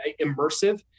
immersive